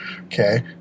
Okay